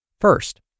First